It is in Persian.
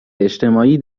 اجتماعی